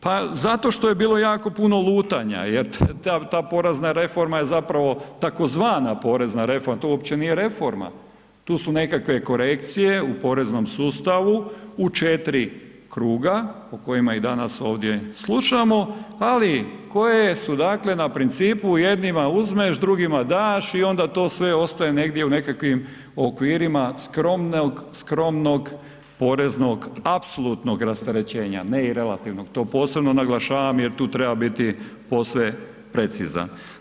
Pa zato što je bilo jako puno lutanja jer ta poreza reforma je zapravo tzv. porezna reforma, to uopće nije reforma, tu su nekakve korekcije u poreznom sustavu, u 4 kruga o kojima i danas ovdje slušamo ali koje su dakle na principu jednima uzmeš, drugima daš i onda to sve ostaje negdje u nekakvim okvirima skromnog porezno apsolutnog rasterećenja, ne i relativnog, to posebno naglašavam jer tu treba posve precizan.